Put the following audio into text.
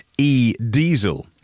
e-diesel